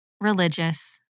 religious